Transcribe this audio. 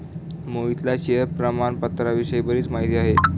मोहितला शेअर प्रामाणपत्राविषयी बरीच माहिती आहे